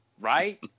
right